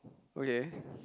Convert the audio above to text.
okay